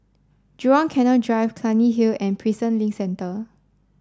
Jurong Canal Drive Clunny Hill and Prison Link Centre